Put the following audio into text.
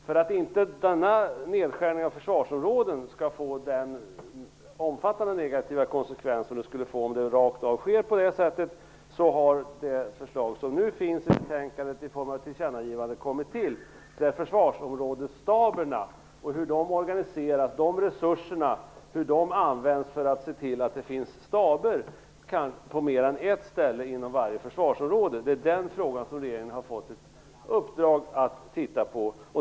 För att denna nedskärning av försvarsområden inte skall få den omfattande negativa konsekvens som den skulle få om det skedde rakt av, har det förslag som nu finns i betänkandet i form av ett tillkännagivande kommit till. Det handlar om försvarsområdesstaberna och hur de organiseras, om resurserna och hur de används, för att man skall kunna se till att det finns staber på mer än ett ställe inom varje försvarsområde. Det är den frågan som regeringen har fått i uppdrag att titta på.